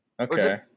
Okay